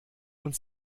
und